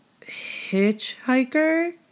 hitchhiker